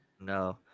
No